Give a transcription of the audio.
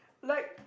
like